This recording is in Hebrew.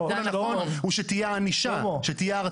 הטיפול הנכון הוא שתהיה ענישה, שתהיה הרתעה.